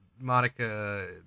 Monica